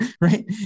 right